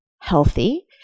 healthy